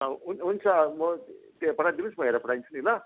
हुन् हुन्छ म त्यो पठाइदिनु होस् म हेरेर पठाइदिन्छु नि ल